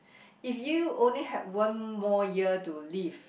if you only had one more year to live